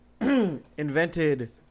invented